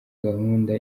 gahunda